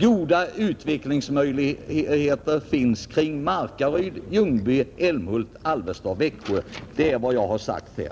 Goda utvecklingsmöjligheter finns kring Markaryd-Ljungby-Älmhult-Alvesta-Växjö.” Det är vad jag sagt här,